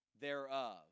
thereof